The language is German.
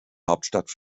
hauptstadt